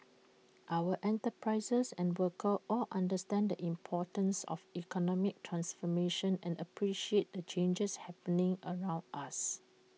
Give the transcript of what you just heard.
our enterprises and workers all understand the importance of economic transformation and appreciate the changes happening around us